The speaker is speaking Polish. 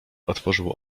otworzył